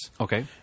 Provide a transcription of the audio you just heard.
Okay